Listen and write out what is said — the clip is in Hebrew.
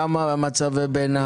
כמה במצבי ביניים.